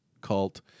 cult